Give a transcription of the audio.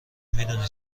میدونی